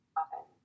often